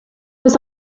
was